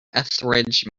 ethridge